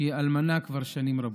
שהיא אלמנה כבר שנים רבות,